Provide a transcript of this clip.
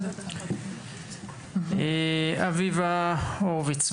אביבה הורוביץ,